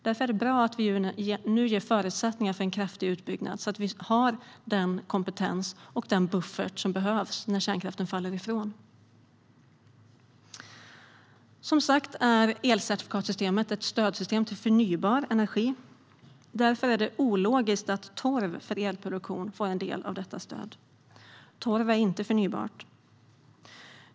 Därför är det bra att vi nu ger förutsättningar för en kraftig utbyggnad så att vi har den kompetens och den buffert som behövs när kärnkraften faller ifrån. Som sagt är elcertifikatssystemet ett stöd till förnybar energi. Därför är det ologiskt att torv för elproduktion får del av detta stöd. Torv är inte förnybart.